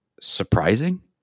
surprising